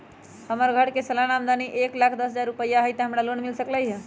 हमर घर के सालाना आमदनी एक लाख दस हजार रुपैया हाई त का हमरा लोन मिल सकलई ह?